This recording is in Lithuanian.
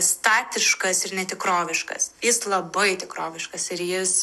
statiškas ir netikroviškas jis labai tikroviškas ir jis